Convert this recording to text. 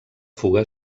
fuga